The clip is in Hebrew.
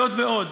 זאת ועוד,